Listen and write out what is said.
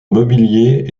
mobilier